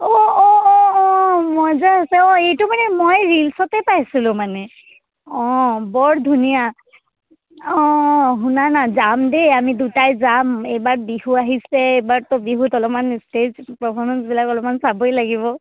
অঁ অঁ অঁ অঁ মজা আছে অঁ এইটো মানে মই ৰিলচতে পাইছিলোঁ মানে অঁ বৰ ধুনীয়া অঁ শুনা না যাম দেই আমি দুটাই যাম এইবাৰ বিহু আহিছে এইবাৰ তো বিহুত অলমান ষ্টেজ পাৰফৰ্মেন্সবিলাক অলপমান চাবই লাগিব